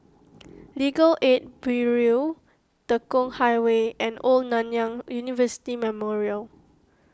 Legal Aid Bureau Tekong Highway and Old Nanyang University Memorial